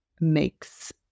makes